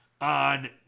on